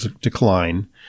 decline